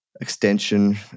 extension